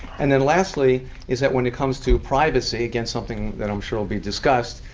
and then lastly is that when it come to privacy, again, something that i'm sure will be discussed,